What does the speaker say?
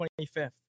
25th